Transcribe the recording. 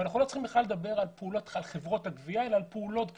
אנחנו בכלל לא צריכים לדבר על חברות גבייה אלא על פעולות גבייה.